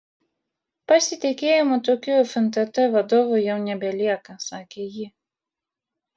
pasitikėjimo tokiu fntt vadovu jau nebelieka sakė ji